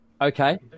Okay